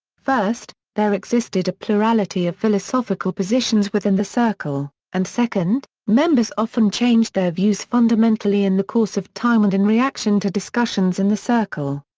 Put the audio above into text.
first, there existed a plurality of philosophical positions within the circle, and second, members often changed their views fundamentally in the course of time and in reaction to discussions in the circle.